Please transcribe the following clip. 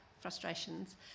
frustrations